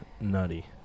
nutty